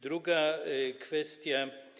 Druga kwestia.